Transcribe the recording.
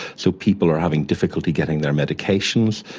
so people are having difficulty getting their medications.